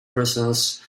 presence